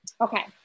Okay